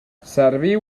serviu